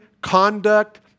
conduct